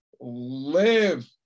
live